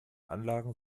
anlagen